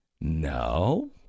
No